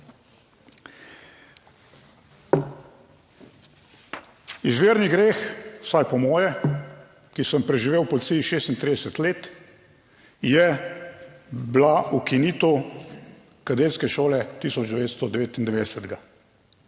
Izvirni greh, vsaj po moje, ki sem preživel v policiji 36 let, je bila ukinitev kadetske šole 1999.